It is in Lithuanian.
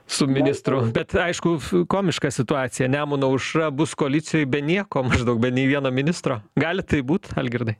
su ministru bet aišku komiška situacija nemuno aušra bus koalicijoj be nieko maždaug be nei vieno ministro gali taip būt algirdai